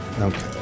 okay